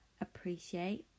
appreciate